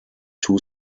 two